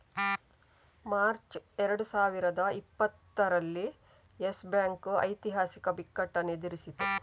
March ಎರಡು ಸಾವಿರದ ಇಪ್ಪತ್ತರಲ್ಲಿ ಯೆಸ್ ಬ್ಯಾಂಕ್ ಐತಿಹಾಸಿಕ ಬಿಕ್ಕಟ್ಟನ್ನು ಎದುರಿಸಿತು